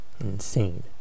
Insane